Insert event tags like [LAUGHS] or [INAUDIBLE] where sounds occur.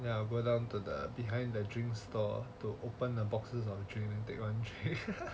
then I'll go down to the behind the drink store to open the boxes of drinks and take one can [LAUGHS]